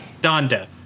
Donda